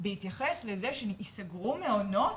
בהתייחס לזה שייסגרו מעונות.